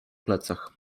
plecach